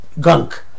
gunk